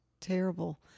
terrible